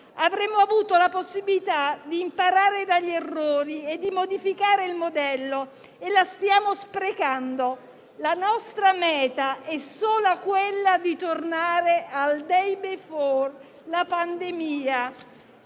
Avremmo avuto la possibilità di imparare dagli errori e modificare il modello e la stiamo sprecando. La nostra meta è sola quella di tornare al *day before* la pandemia,